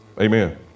Amen